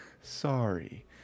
sorry